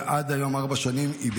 ועד היום היא בשיקום,